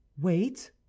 wait